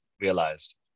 realized